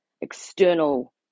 external